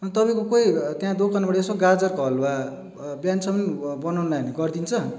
अनि तपाईँको कोही त्यहाँ दोकानबाट यसो गाजरको हलुवा बिहानसम्म बनाउनु लगायो भने गरिदिन्छ